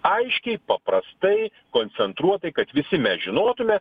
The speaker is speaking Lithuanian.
aiškiai paprastai koncentruotai kad visi mes žinotume